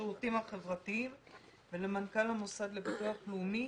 כזה ולמנכ"ל המוסד לביטוח הלאומי.